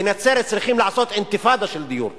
בנצרת צריכים לעשות אינתיפאדה של דיור.